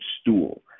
stool